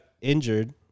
injured